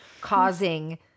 causing